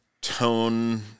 tone